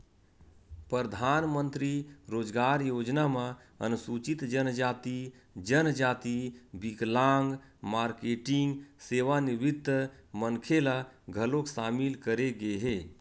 परधानमंतरी रोजगार योजना म अनुसूचित जनजाति, जनजाति, बिकलांग, मारकेटिंग, सेवानिवृत्त मनखे ल घलोक सामिल करे गे हे